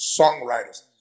songwriters